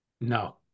no